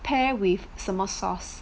pair with 什么 sauce